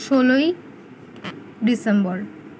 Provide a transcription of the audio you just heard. ষোলোই ডিসেম্বর